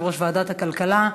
יושב-ראש ועדת הכלכלה.